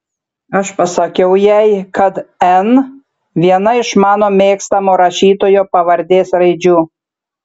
aš pasakiau jai kad n viena iš mano mėgstamo rašytojo pavardės raidžių